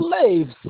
slaves